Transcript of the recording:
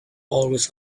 always